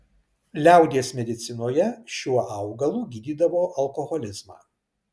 liaudies medicinoje šiuo augalu gydydavo alkoholizmą